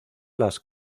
las